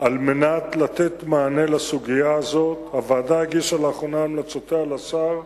על מנת לתת מענה לסוגיה הזאת הגישה לאחרונה את המלצותיה לשר,